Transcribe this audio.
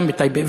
גם בטייבה.